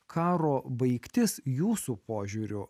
karo baigtis jūsų požiūriu